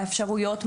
האפשרויות,